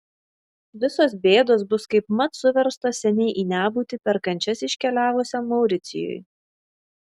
visos bėdos bus kaipmat suverstos seniai į nebūtį per kančias iškeliavusiam mauricijui